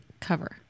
cover